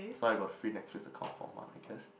so I got free Netflix account for a month I guess